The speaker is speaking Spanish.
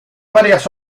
varias